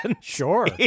Sure